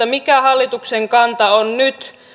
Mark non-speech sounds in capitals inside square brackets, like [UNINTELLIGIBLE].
[UNINTELLIGIBLE] mikä hallituksen kanta on nyt